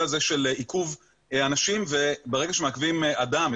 הזה של עיכוב אנשים וברגע שמעכבים אדם,